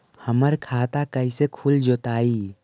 हमर खाता कैसे खुल जोताई?